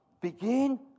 begin